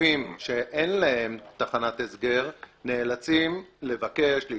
רופאים שאין להם תחנת הסגר נאלצים להתחנן,